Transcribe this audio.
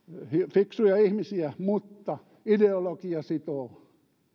fiksuja ihmisiä mutta ideologia sitoo